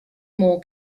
more